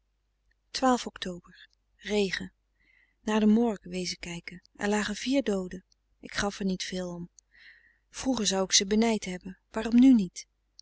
oct regen naar de morgue wezen kijken er lagen vier dooden ik gaf er niet veel om vroeger zou ik ze benijd hebben waarom nu niet